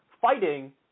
fighting